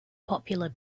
popular